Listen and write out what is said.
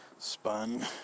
spun